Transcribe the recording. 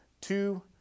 two